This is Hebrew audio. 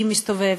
אם מסתובב,